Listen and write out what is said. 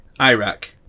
Iraq